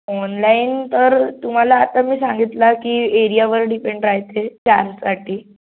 online तर तुम्हाला आत्ता मी सांगितला की एरियावर डिपेंड राहते चार्जसाठी